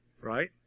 Right